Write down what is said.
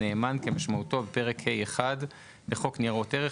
חברת תשלומים כהגדרתה בחוק הסדרת העיסוק בשירותי תשלום וייזום תשלום,